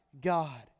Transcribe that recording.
God